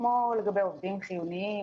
כמו לגבי עובדים חיוניים,